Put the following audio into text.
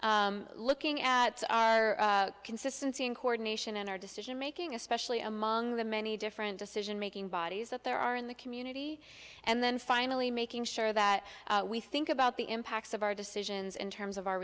looking at consistency in coordination and our decision making especially among the many different decision making bodies that there are in the community and then finally making sure that we think about the impacts of our decisions in terms of our